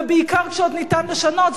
ובעיקר כשעוד ניתן לשנות.